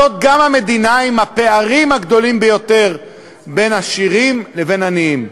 זאת גם המדינה עם הפערים הגדולים ביותר בין עשירים לבין עניים.